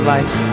Life